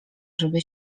żeby